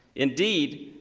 indeed,